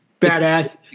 badass